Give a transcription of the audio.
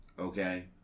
Okay